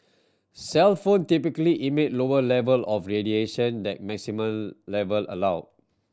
cellphone typically emit lower level of radiation than maximum level allowed